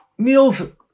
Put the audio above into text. Niels